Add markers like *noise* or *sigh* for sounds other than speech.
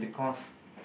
*breath*